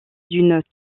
d’une